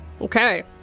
Okay